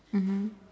mmhmm